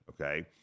Okay